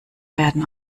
werden